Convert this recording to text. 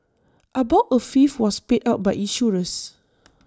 about A fifth was paid out by insurers